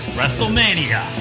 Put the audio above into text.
WrestleMania